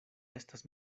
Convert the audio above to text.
estas